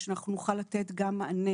כדי שנוכל לתת גם מענה